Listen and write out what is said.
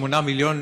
1.8 מיליון